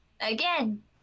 again